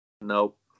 Nope